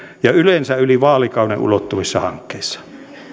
ja yleensä yli vaalikauden ulottuvissa hankkeissa